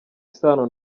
isano